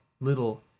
little